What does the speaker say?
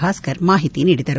ಭಾಸ್ಕರ್ ಮಾಹಿತಿ ನೀಡಿದರು